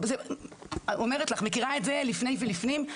אני מכירה את זה לפני ולפנים,